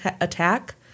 attack